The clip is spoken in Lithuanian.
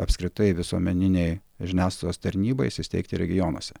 apskritai visuomeninei žiniasklaidos tarnybai įsisteigti regionuose